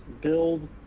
build